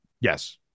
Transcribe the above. Yes